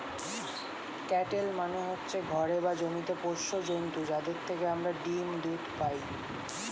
cattle মানে হচ্ছে ঘরে বা জমিতে পোষ্য জন্তু যাদের থেকে আমরা ডিম, দুধ পাই